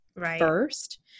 first